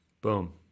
Boom